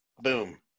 Boom